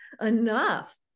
enough